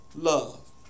love